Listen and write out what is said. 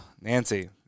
Nancy